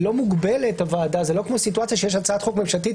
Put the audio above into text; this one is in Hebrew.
היא לא מוגבלת וזו לא כמו סיטואציה שיש הצעת חוק ממשלתית